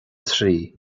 trí